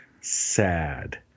Sad